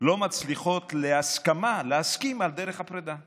לא מצליחות להגיע להסכמה על דרך הפרידה.